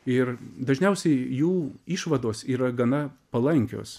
ir dažniausiai jų išvados yra gana palankios